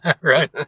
Right